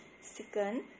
Second